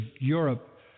Europe